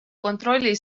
kontrolli